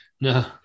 No